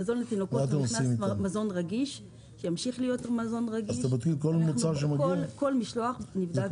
מזון לתינוקות נחשב מזון רגיש וימשיך להיות מזון רגיש וכל משלוח נבדק.